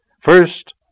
first